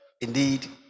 indeed